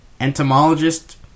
entomologist